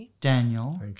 Daniel